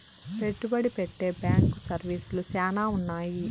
పెట్టుబడి పెట్టే బ్యాంకు సర్వీసులు శ్యానా ఉన్నాయి